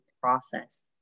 process